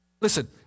Listen